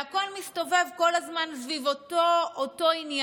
והכול מסתובב כל הזמן סביב אותו עניין,